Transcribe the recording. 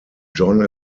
john